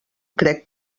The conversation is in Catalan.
crec